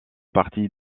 partie